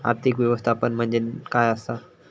आर्थिक व्यवस्थापन म्हणजे काय असा?